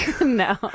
no